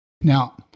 Now